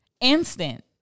instant